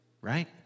right